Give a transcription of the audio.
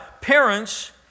Parents